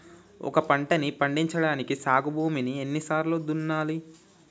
ఒక పంటని పండించడానికి సాగు భూమిని ఎన్ని సార్లు దున్నాలి?